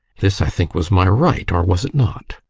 this, i think, was my right or was it not?